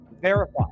Verify